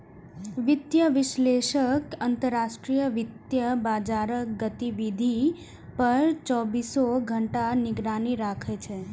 वित्तीय विश्लेषक अंतरराष्ट्रीय वित्तीय बाजारक गतिविधि पर चौबीसों घंटा निगरानी राखै छै